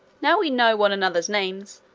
now we know one another's names,